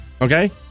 Okay